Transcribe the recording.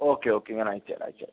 okay okay ഞാൻ അയച്ചുതരാം അയച്ചുതരാം